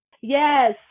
Yes